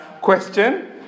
question